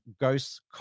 ghost